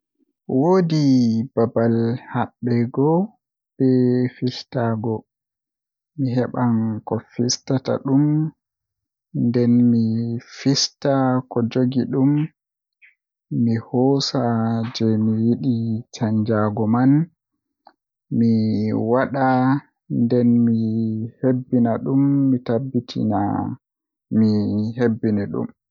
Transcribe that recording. Woodi babal habbego be fistaago mi heban ko fistata dum nden mi fista ko jogi dum mi hoosa jei mi yidi canjaago man mi wada nden mi habbita dum.